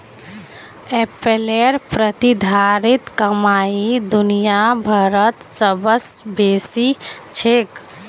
एप्पलेर प्रतिधारित कमाई दुनिया भरत सबस बेसी छेक